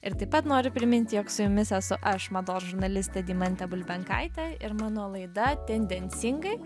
ir taip pat noriu priminti jog su jumis esu aš mados žurnalistė deimantė bulbenkaitė ir mano laida tendencingai